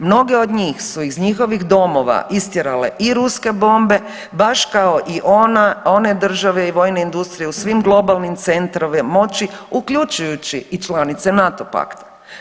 Mnogi od njih su iz njihovih domova istjerale i ruske bombe baš kao i one države i vojne industrije u svim globalnim centrovima moći uključujući i članice NATO pakta.